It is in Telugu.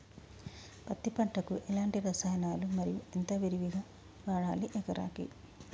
పత్తి పంటకు ఎలాంటి రసాయనాలు మరి ఎంత విరివిగా వాడాలి ఎకరాకి?